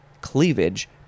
cleavage